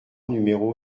numéro